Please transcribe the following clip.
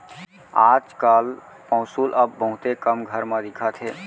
आज काल पौंसुल अब बहुते कम घर म दिखत हे